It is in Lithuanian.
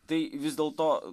tai vis dėl to